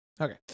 Okay